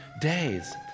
days